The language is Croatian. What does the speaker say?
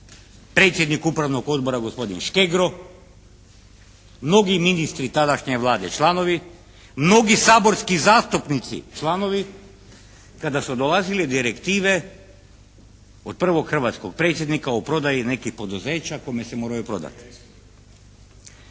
predsjednik Upravnog odbora gospodin Škegro, mnogi ministri tadašnje Vlade članovi, mnogi saborski zastupnici članovi kada su dolazile direktive od prvog hrvatskog predsjednika o prodaji nekih poduzeća kome se moraju prodati.